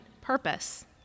purpose